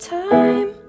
time